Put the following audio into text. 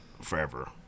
forever